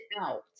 out